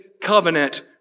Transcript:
covenant